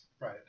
Right